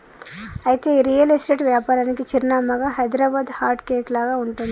అయితే ఈ real estate వ్యాపారానికి చిరునామాగా హైదరాబాదు హార్ట్ కేక్ లాగా ఉంటుంది